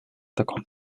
таком